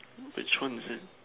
which one is that